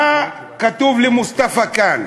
מה כתוב למוסטפא כאן?